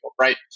right